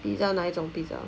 pizza 那一种 pizza